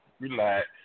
relax